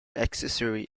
accessory